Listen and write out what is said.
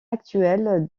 actuel